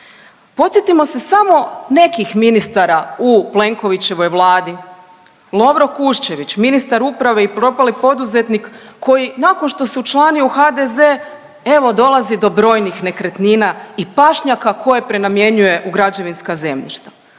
Posjetimo se samo nekih ministara u Plenkovićevoj Vladi. Lovro Kuščević, ministar uprave i propali poduzetnik koji nakon što se učlanio u HDZ, evo dolazi do brojnih nekretnina i pašnjaka koje prenamjenjuje u građevinska zemljišta.